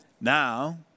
Now